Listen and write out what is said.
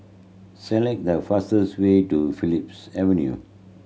select the fastest way to Phillips Avenue